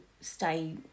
stay